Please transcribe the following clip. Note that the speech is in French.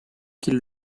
qu’ils